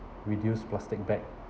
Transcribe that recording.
reduce plastic bag